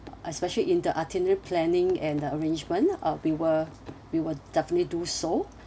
especially in the itinerary planning and the arrangement uh we will we will definitely do so